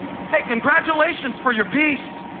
hey, congratulations for your peace.